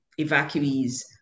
evacuees